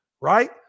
right